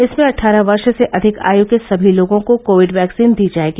इसमें अटठारह वर्ष से अधिक आय के सभी लोगों को कोविड वैक्सीन दी जाएगी